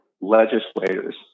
legislators